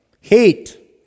hate